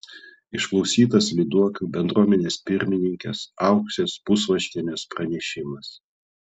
išklausytas lyduokių bendruomenės pirmininkės auksės pusvaškienės pranešimas